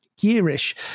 year-ish